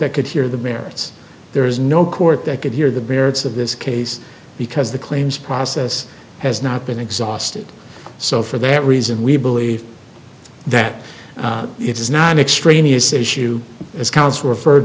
that could hear the merits there is no court that could hear the barents of this case because the claims process has not been exhausted so for that reason we believe that it is not an extraneous issue as counsel referred